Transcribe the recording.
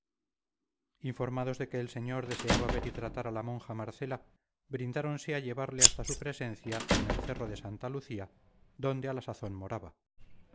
informados de que el señor deseaba ver y tratar a la monja marcela brindáronse a llevarle hasta su presencia en el cerro de santa lucía donde a la sazón moraba